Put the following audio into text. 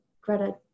Greta